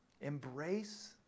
Embrace